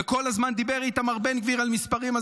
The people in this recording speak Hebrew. וכל הזמן דיבר איתמר בן גביר על מספרים.